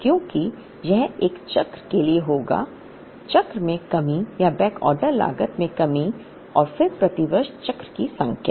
क्योंकि यह एक चक्र के लिए होगा चक्र में कमी या बैकऑर्डर लागत में कमी और फिर प्रति वर्ष चक्र की संख्या